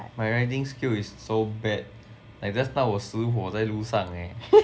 my riding skill is so bad like just now 我死火在路上 leh